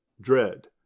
Dread